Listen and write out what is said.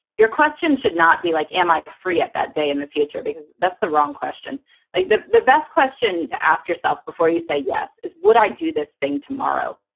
your question should not be like, am i free at that day in the future? because that's the wrong question like the the best question to ask yourself before you say yes is would i do this thing tomorrow?